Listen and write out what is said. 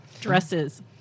Dresses